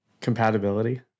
compatibility